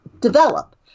develop